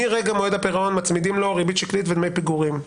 מרגע מועד הפירעון מצמידים לו ריבית שקלית ודמי פיגורים.